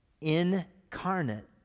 incarnate